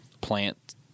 plant